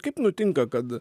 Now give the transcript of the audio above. kaip nutinka kad